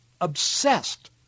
obsessed